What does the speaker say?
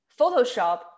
Photoshop